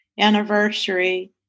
anniversary